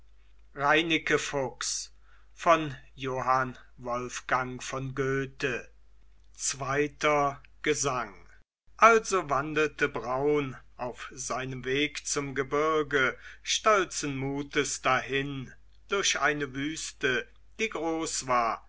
zweiter gesang also wandelte braun auf seinem weg zum gebirge stolzen mutes dahin durch eine wüste die groß war